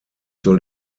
soll